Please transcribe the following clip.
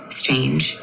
strange